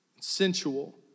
sensual